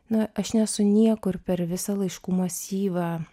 na aš nesu niekur per visą laiškų masyvą